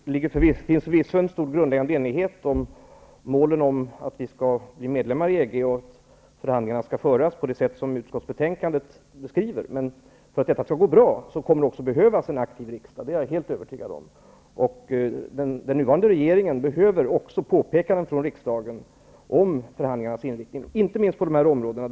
Herr talman! Det finns förvisso en stor grundläggande enighet om målen -- att Sverige skall bli medlem i EG och att förhandlingarna skall föras på det sätt som utskottsbetänkandet beskriver. För att detta skall gå bra kommer det också att behövas en aktiv riksdag. Det är jag helt övertygad om. Den nuvarande regeringen behöver också påpekanden från riksdagen om förhandlingarnas inriktning, inte minst på de här områdena.